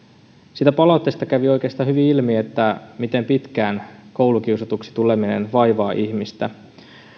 siitä palautteesta kävi oikeastaan hyvin ilmi miten pitkään koulukiusatuksi tuleminen vaivaa ihmistä